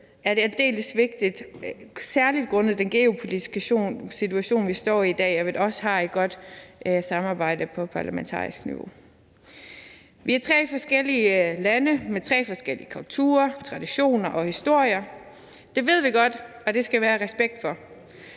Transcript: er det aldeles vigtigt, særlig også grundet den geopolitiske situation, vi står i i dag, at vi har et godt samarbejde på parlamentarisk niveau. Vi er tre forskellige lande med tre forskellige kulturer, traditioner og historier; det ved vi godt, og det skal vi have respekt for.